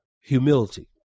humility